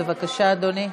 בבקשה, אדוני.